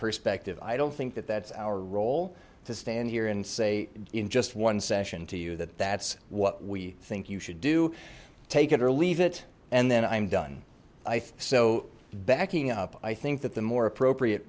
perspective i don't think that that's our role to stand here and say in just one session to you that that's what we think you should do take it or leave it and then i'm done i so backing up i think that the more appropriate